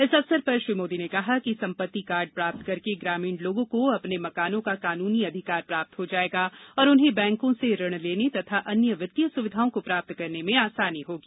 इस अवसर पर श्री मोदी ने कहा कि सम्पत्ति कार्ड प्राप्त करके ग्रामीण लोगों को अपने मकानों का कानूनी अधिकार प्राप्त हो जाएगा और उन्हें बैंकों से ऋण लेने तथा अन्य वित्तीय सुविधाओं को प्राप्त करने में आसानी होगी